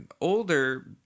older